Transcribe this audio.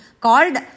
called